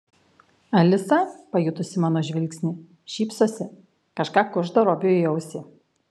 alisa pajutusi mano žvilgsnį šypsosi kažką kužda robiui į ausį